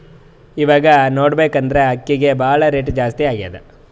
ಇವಾಗ್ ನೋಡ್ಬೇಕ್ ಅಂದ್ರ ಅಕ್ಕಿಗ್ ಭಾಳ್ ರೇಟ್ ಜಾಸ್ತಿ ಆಗ್ಯಾದ